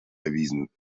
erwiesen